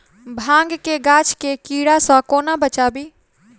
भांग केँ गाछ केँ कीड़ा सऽ कोना बचाबी?